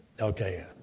Okay